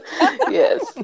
Yes